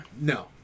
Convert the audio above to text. No